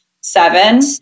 seven